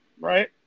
right